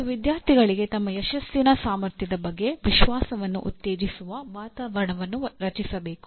ಮತ್ತು ವಿದ್ಯಾರ್ಥಿಗಳಿಗೆ ತಮ್ಮ ಯಶಸ್ಸಿನ ಸಾಮರ್ಥ್ಯದ ಬಗ್ಗೆ ವಿಶ್ವಾಸವನ್ನು ಉತ್ತೇಜಿಸುವ ವಾತಾವರಣವನ್ನು ರಚಿಸಬೇಕು